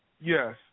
Yes